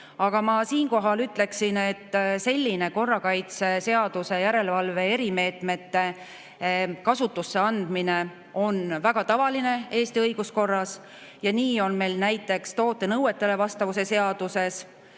Aga ma siinkohal ütleksin, et selline korrakaitseseaduse järelevalve erimeetmete kasutusse andmine on väga tavaline Eesti õiguskorras. Nii on meil näiteks toote nõuetele vastavuse seaduses,